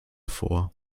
vor